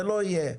זה לא יהיה.